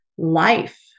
life